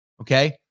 okay